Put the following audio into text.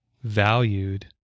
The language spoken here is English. Valued